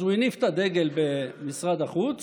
אז הוא הניף את הדגל במשרד החוץ